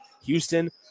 Houston